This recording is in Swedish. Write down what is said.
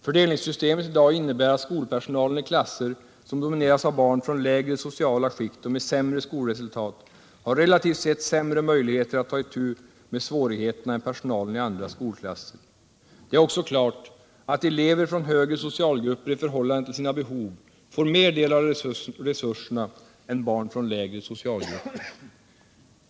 Fördelningssystemet i dag innebär att skolpersonalen i klasser som domineras av barn från lägre sociala skikt och med sämre skolresultat har relativt sett sämre möjligheter att ta itu med svårigheterna än personalen i andra skolklasser. Det är också klart att elever från högre socialgrupper i förhållande till sina behov får mer del av resurserna än barn från lägre socialgrupper.